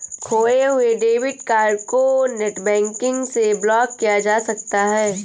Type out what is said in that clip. खोये हुए debit card को नेटबैंकिंग से ब्लॉक किया जा सकता है